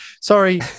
sorry